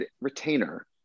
retainer